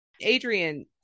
Adrian